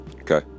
okay